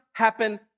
happen